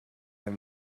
have